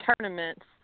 tournaments